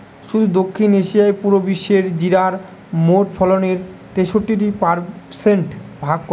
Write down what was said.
শুধু দক্ষিণ এশিয়াই পুরা বিশ্বের জিরার মোট ফলনের তেষট্টি পারসেন্ট ভাগ করে